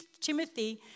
Timothy